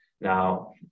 Now